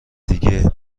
دیگه